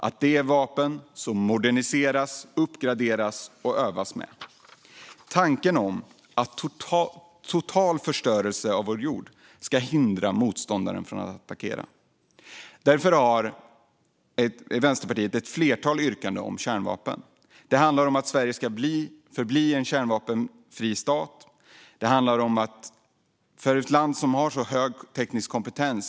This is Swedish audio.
Det är vapen som moderniseras, uppgraderas och övas med. Tanken är att total förstörelse av vår jord ska hindra motståndaren från att attackera. Vänsterpartiet har ett flertal yrkanden i fråga om kärnvapen. Det handlar om att Sverige ska förbli en kärnvapenfri stat. Vi är ett land med hög teknisk kompetens.